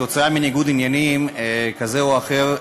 כתוצאה מניגוד עניינים כזה או אחר,